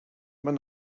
man